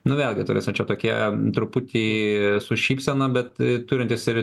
nu vėlgi ta prasme čia tokie truputį su šypsena bet turintys ir